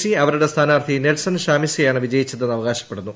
C അവരുടെ സ്ഥാനാർത്ഥി Nelson ഷാമിസെയാണ് വിജയിച്ചത് എന്ന് അവകാശപ്പെടുന്നു